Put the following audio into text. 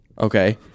Okay